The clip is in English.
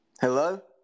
Hello